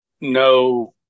no